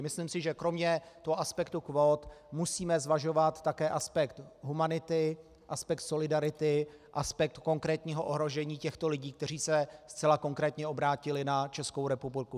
Myslím si, že kromě toho aspektu kvót musíme zvažovat také aspekt humanity, aspekt solidarity, aspekt konkrétního ohrožení těchto lidí, kteří se zcela konkrétně obrátili na Českou republiku.